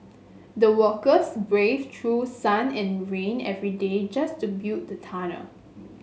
the workers braved through sun and rain every day just to build the tunnel